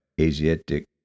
Asiatic